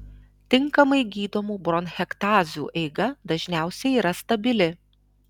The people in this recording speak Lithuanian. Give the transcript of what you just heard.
tinkamai gydomų bronchektazių eiga dažniausiai yra stabili